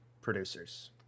producers